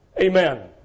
Amen